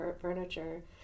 furniture